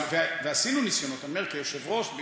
עשינו ניסיונות, אני אומר, כיושב-ראש,